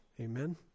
Amen